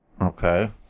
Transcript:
Okay